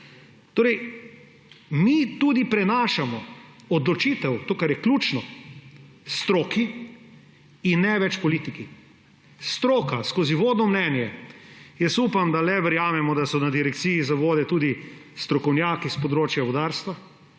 aktom. Mi tudi prenašamo odločitev, to, kar je ključno, stroki in ne več politiki. Stroka skozi vodno mnenje, jaz upam, da le verjamemo, da so na Direkciji za vode tudi strokovnjaki s področja vodarstva.